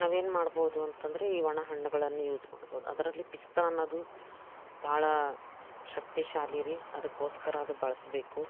ನಾವೇನು ಮಾಡ್ಬೋದು ಅಂತ ಅಂದ್ರೆ ಈ ಒಣಹಣ್ಣುಗಳನ್ನು ಯೂಸ್ ಮಾಡ್ಬೋದು ಅದರಲ್ಲಿ ಪಿಸ್ತಾ ಅನ್ನೋದು ಭಾಳ ಶಕ್ತಿಶಾಲಿ ರೀ ಅದಕ್ಕೋಸ್ಕರ ಅದು ಬಳಸಬೇಕು